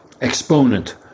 exponent